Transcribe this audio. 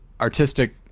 artistic